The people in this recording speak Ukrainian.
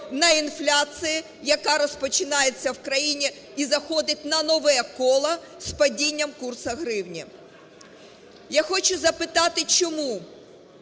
Я хочу запитати, чому